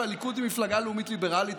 והליכוד היא מפלגה לאומית ליברלית,